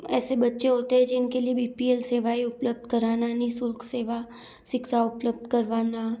ऐसे बच्चे होते हैं जिनके लिए बी पी एल सेवाएं उपलब्ध कराना निशुल्क सेवा शिक्षा उपलब्ध करवाना